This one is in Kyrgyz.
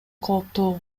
кооптуу